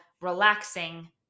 relaxing